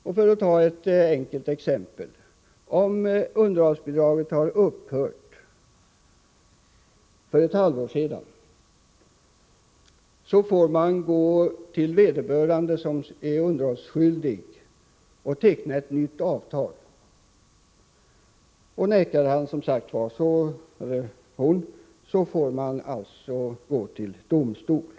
Låt mig ta ett enkelt exempel: Om underhållsbidraget har upphört för ett halvår sedan får man gå till vederbörande som är underhållsskyldig och teckna ett nytt avtal. Nekar han eller hon får man alltså gå till domstol.